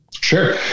Sure